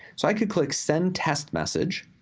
so i could click send test message,